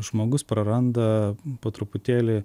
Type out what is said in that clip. žmogus praranda po truputėlį